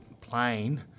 plane